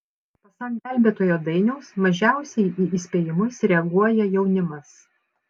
pasak gelbėtojo dainiaus mažiausiai į įspėjimus reaguoja jaunimas